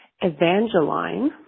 Evangeline